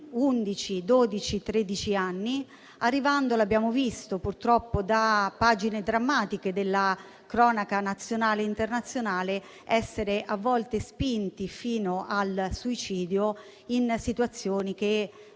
anni, che arrivano, come abbiamo visto purtroppo da pagine drammatiche della cronaca nazionale e internazionale, ad essere a volte spinti fino al suicidio, in situazioni non